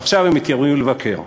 ועכשיו הם מתיימרים לבקר.